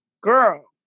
girl